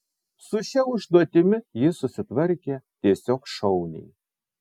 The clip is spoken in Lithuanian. su šia užduotimi jis susitvarkė tiesiog šauniai